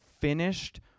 finished